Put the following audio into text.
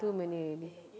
too many already